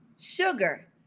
sugar